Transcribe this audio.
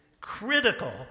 critical